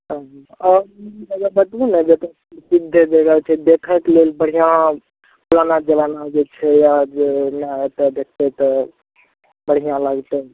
आओर पहिले बतबू ने जगह छै देखैके लेल बढ़िआँ पुराना जमानाके जे छै जेना ओतए देखतै तऽ बढ़िआँ लागतै